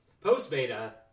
Post-Beta